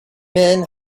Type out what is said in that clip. men